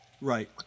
right